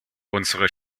unsere